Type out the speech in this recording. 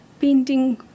painting